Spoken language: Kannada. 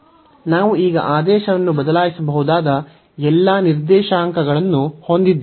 ನಾವು ಈಗ ಆದೇಶವನ್ನು ಬದಲಾಯಿಸಬಹುದಾದ ಎಲ್ಲಾ ನಿರ್ದೇಶಾಂಕಗಳನ್ನು ಹೊಂದಿದ್ದೇವೆ